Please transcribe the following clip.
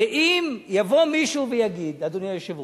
ואם יבוא מישהו ויגיד, אדוני היושב-ראש,